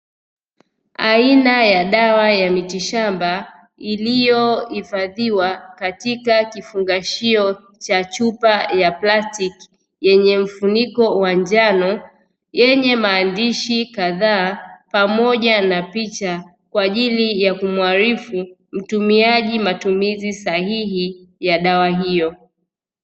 Aina ya dawa ya mitishamba iliyohifadhiwa katika kifungashio cha chupa ya plastiki, yenye mfuniko wa njano yenye maandishi kadhaa pamoja na picha; kwa ajili ya kumuarifu mtumiaji matumizi sahihi ya dawa hiyo.